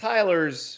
Tyler's